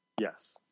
Yes